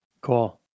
Cool